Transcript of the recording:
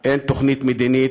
אין תוכנית מדינית.